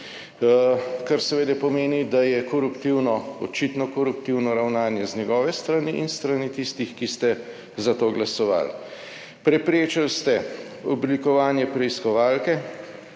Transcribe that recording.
kar seveda pomeni, da je koruptivno, očitno koruptivno ravnanje z njegove strani in s strani tistih, ki ste za to glasovali. Preprečili ste oblikovanje preiskovalke